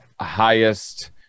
highest